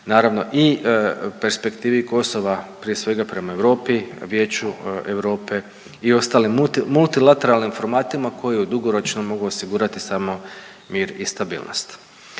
Naravno i perspektivi Kosova, prije svega prema Europi, Vijeću Europe i ostalim multilateralnim formatima koji u dugoročno mogu osigurati samo mir i stabilnost.